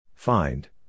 Find